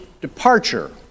departure